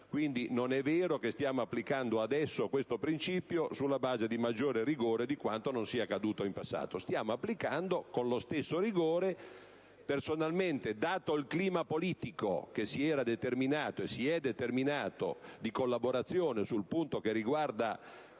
quindi vero che stiamo applicando adesso questo principio sulla base di un maggiore rigore di quanto non sia accaduto in passato. Stiamo applicando lo stesso rigore e, dato il clima politico che si era e si è determinato, di collaborazione sul punto che riguarda